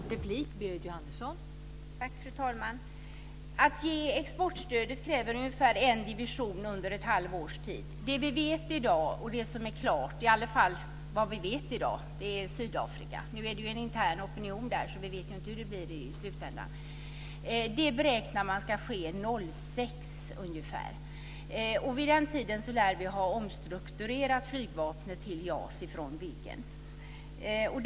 Fru talman! Att ge exportstödet kräver ungefär en division under ett halvt års tid. Vad vi känner till i dag och som är klart, eller i varje fall vad vi vet i dag, är Sydafrika. Nu är det en intern opinion där, så vi vet inte hur det blir i slutändan. Det beräknar man ska ske ungefär 2006. Vid den tiden lär vi ha omstrukturerat flygvapnet från Viggen till JAS.